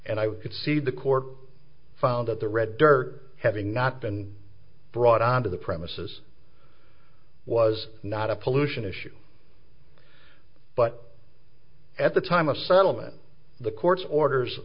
and i could see the court found that the red dirt having not been brought onto the premises was not a pollution issue but at the time of settlement the court's orders